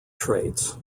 traits